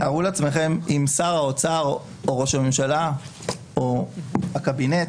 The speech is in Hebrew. תארו לעצמכם אם שר האוצר או ראש הממשלה או הקבינט